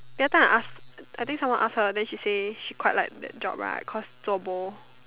that time I asked I think someone asked her then she say she quite like that job right cause job